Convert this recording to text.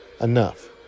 enough